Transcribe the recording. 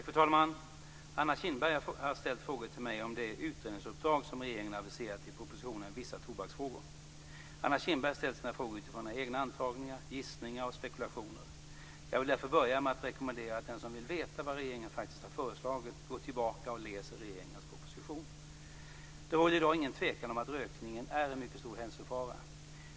Fru talman! Anna Kinberg har ställt frågor till mig om det utredningsuppdrag som regeringen aviserat i propositionen Vissa tobaksfrågor . Anna Kinberg har ställt sina frågor utifrån egna antaganden, gissningar och spekulationer. Jag vill därför börja med att rekommendera att den som vill veta vad regeringen faktiskt har föreslagit går tillbaka och läser regeringens proposition. Det råder i dag ingen tvekan om att rökning är en mycket stor hälsofara.